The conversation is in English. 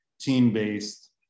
team-based